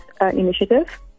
initiative